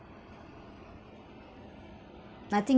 nothing